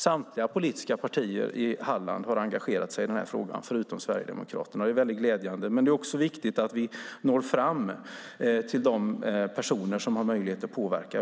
Samtliga politiska partier i Halland utom Sverigedemokraterna har engagerat sig i den här frågan, vilket är glädjande. Det är viktigt att vi når fram till de personer som har möjlighet att påverka.